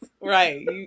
Right